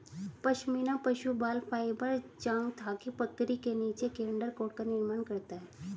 पश्मीना पशु बाल फाइबर चांगथांगी बकरी के नीचे के अंडरकोट का निर्माण करता है